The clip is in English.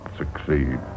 succeed